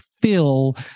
fill